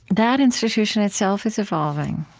that institution itself is evolving,